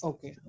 Okay